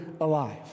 alive